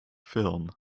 film